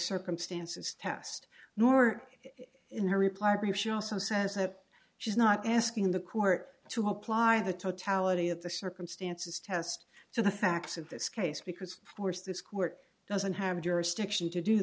circumstances test nor in her reply but she also says that she's not asking the court to apply the totality of the circumstances test to the facts of this case because of course this court doesn't have jurisdiction to do